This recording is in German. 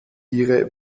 ihre